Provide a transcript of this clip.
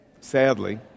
sadly